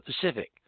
Pacific